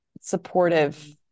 supportive